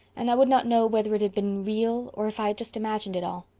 and i would not know whether it had been real or if i had just imagined it all.